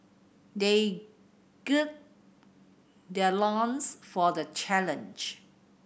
they gird their loins for the challenge